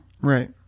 right